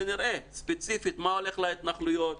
שנראה ספציפית מה הולך להתנחלויות,